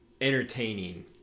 entertaining